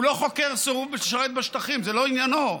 הוא לא חוקר סירוב לשרת בשטחים, זה לא עניינו.